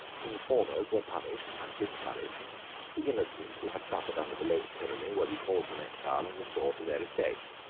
informers were punished and discouraged the innocent, who had suffered under the late tyranny, were recalled from exile, and restored to their estates.